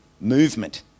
movement